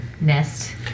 nest